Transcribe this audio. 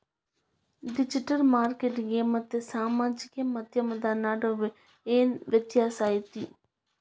digital marketing ಮತ್ತ ಸಾಮಾಜಿಕ ಮಾಧ್ಯಮದ ನಡುವ ಏನ್ ವ್ಯತ್ಯಾಸ ಐತಿ